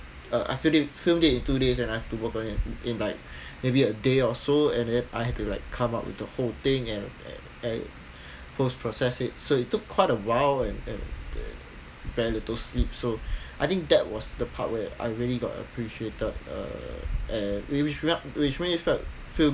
uh I filmed it filmed it in two days and I have to work and in like maybe a day or so and I had to like come up with the whole thing and uh post process it so it took quite a while and very little sleep so I think that was the part where I really got appreciated uh and which made it felt which made it feel